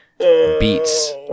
beats